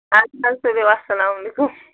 اَدٕ حظ تُلِو اَسلامُ علیکُم